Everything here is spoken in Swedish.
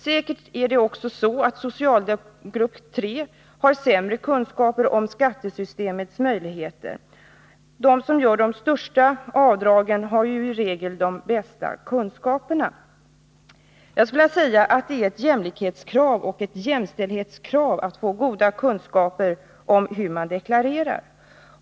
Säkert är det också så att socialgrupp 3 har sämre kunskaper än andra socialgrupper om skattesystemets möjligheter; de som gör de största avdragen har ju i regel i bästa kunskaperna. Jag skulle vilja säga att det är ett jämlikhetskrav och ett jämställdhetskrav att få goda kunskaper i hur man skall deklarera.